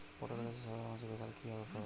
পটলে গাছে সাদা মাছি দেখালে কি করতে হবে?